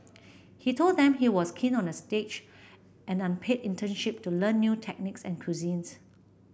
he told them he was keen on a stage an unpaid internship to learn new techniques and cuisines